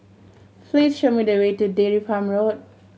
please show me the way to Dairy Farm Road